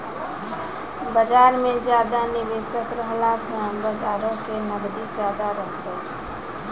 बजार मे ज्यादा निबेशक रहला से बजारो के नगदी ज्यादा रहतै